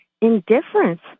indifference